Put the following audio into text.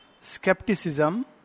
skepticism